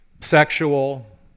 sexual